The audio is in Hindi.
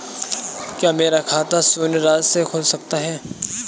क्या मेरा खाता शून्य राशि से खुल सकता है?